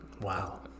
Wow